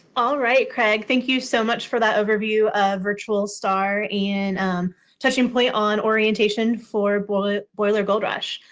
all right, craig. thank you so much for that overview of virtual star and touching point on orientation for boiler boiler gold rush.